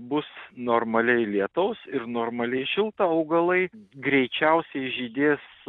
bus normaliai lietaus ir normaliai šilta augalai greičiausiai žydės